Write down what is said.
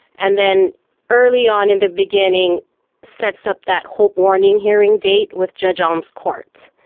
and then early on in the beginning sets up that hope warning hearing date with judge alm's court.